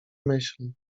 myśl